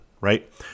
right